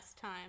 time